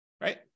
right